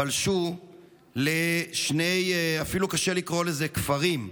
פלשו לשני, אפילו קשה לקרוא לזה כפרים,